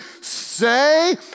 say